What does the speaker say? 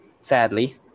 Sadly